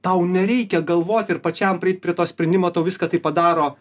tau nereikia galvot ir pačiam prieit prie to sprendimo tau viską tai padaro